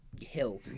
hill